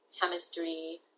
chemistry